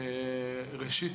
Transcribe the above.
ראשית,